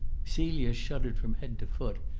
celia shuddered from head to foot,